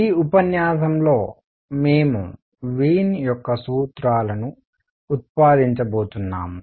ఈ ఉపన్యాసంలో మేము వీన్ యొక్క సూత్రాలను ఉత్పాదించబోతున్నాము